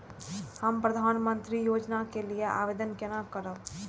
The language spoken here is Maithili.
हम प्रधानमंत्री योजना के लिये आवेदन केना करब?